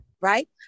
right